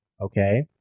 okay